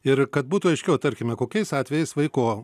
ir kad būtų aiškiau tarkime kokiais atvejais vaiko